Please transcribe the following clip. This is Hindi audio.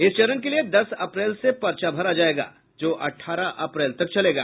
इस चरण के लिए दस अप्रैल से पर्चा भरा जाएगा जो अठारह अप्रैल तक चलेगा